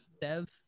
Dev